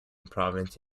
province